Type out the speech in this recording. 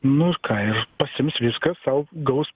nu ir ką ir pasiims viską sau gaus